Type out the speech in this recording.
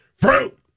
Fruit